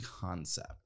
concept